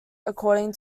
according